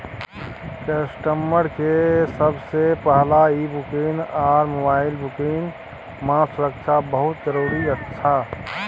customer के सबसे पहला ई बैंकिंग आर मोबाइल बैंकिंग मां सुरक्षा बहुत जरूरी अच्छा